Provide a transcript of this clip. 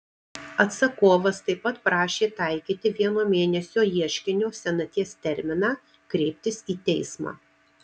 atsakovas taip pat prašė taikyti vieno mėnesio ieškinio senaties terminą kreiptis į teismą